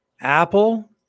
Apple